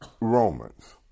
Romans